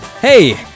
Hey